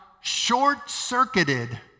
short-circuited